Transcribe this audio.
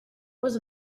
was